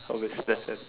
of his left hand